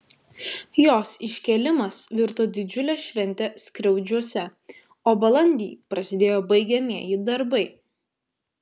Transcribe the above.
jos iškėlimas virto didžiule švente skriaudžiuose o balandį prasidėjo baigiamieji darbai